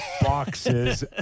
boxes